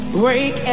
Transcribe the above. break